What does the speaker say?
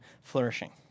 flourishing